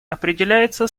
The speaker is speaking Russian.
определяется